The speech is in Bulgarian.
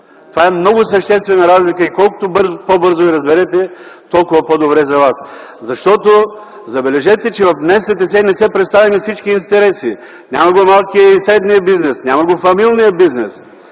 Това е много съществена разлика и колкото по-бързо я разберете, толкова по-добре за вас! Забележете, в НСТС не са представени всички интереси: няма го малкия и средния бизнес, няма го фамилния бизнес.